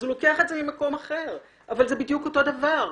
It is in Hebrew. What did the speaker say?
אז הוא לוקח את זה ממקום אחר אבל זה בדיוק אותו דבר,